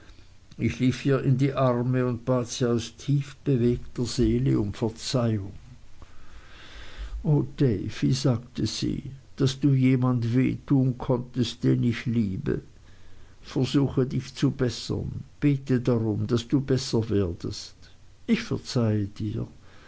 ich lief ihr in die arme und bat sie aus tiefbewegter seele um verzeihung o davy sagte sie daß du jemand weh tun konntest den ich liebe versuche dich zu bessern bete darum daß du besser werdest ich verzeihe dir